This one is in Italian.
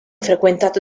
frequentato